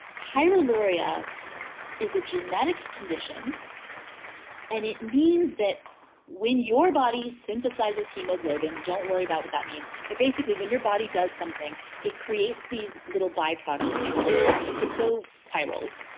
pyroluria is a genetic condition and it means that when your body synthesizes hemoglobin don't worry about what that means. but basically when your body does something it creates these little byproducts called ah kryptopyrroles.